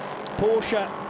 Porsche